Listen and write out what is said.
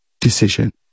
decision